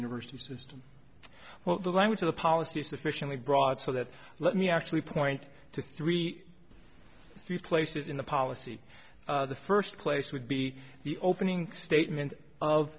university system well the language of the policy sufficiently broad so that let me actually point to three three places in the policy the first place would be the opening statement of